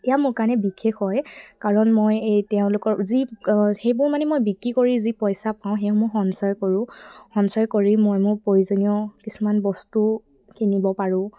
এয়া মোৰ কাৰণে বিশেষ হয় কাৰণ মই এই তেওঁলোকৰ যি সেইবোৰ মানে মই বিক্ৰী কৰি যি পইচা পাওঁ সেইসমূহ সঞ্চয় কৰোঁ সঞ্চয় কৰি মই মোৰ প্ৰয়োজনীয় কিছুমান বস্তু কিনিব পাৰোঁ